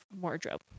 wardrobe